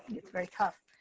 it's very tough.